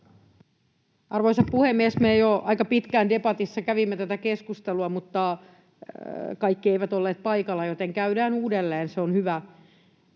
Arvoisa puhemies! Me jo aika pitkään debatissa kävimme tätä keskustelua, mutta kaikki eivät olleet paikalla, joten käydään uudelleen, se on hyvä.